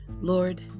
Lord